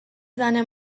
زنه